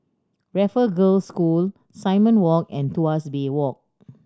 Raffle Girls' School Simon Walk and Tuas Bay Walk